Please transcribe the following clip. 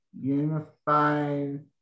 unified